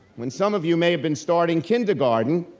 when some of you may have been starting kindergarten,